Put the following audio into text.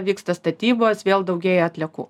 vyksta statybos vėl daugėja atliekų